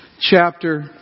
chapter